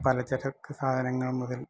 പലചരക്ക് സാധനങ്ങൾ മുതൽ